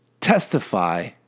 testify